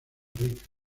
rica